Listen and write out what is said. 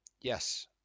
Yes